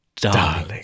Darling